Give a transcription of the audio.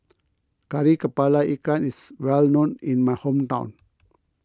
Kari Kepala Ikan is well known in my hometown